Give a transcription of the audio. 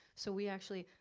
so we actually,